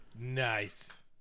Nice